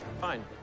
fine